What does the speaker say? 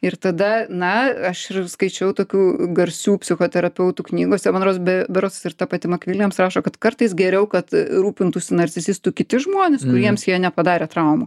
ir tada na aš ir skaičiau tokių garsių psichoterapeutų knygose man rodos be berods ir ta pati mcwilliams rašo kad kartais geriau kad rūpintųsi narcisistu kiti žmonės kuriems jie nepadarė traumų